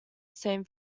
same